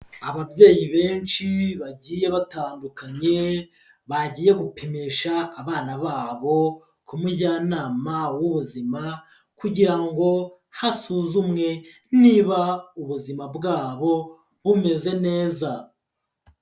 Ababyeyi benshi bagiye batandukanye bagiye gupimisha abana babo ku mujyanama w'ubuzima kugira ngo hasuzumwe niba ubuzima bwabo bumeze neza.